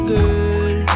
Girl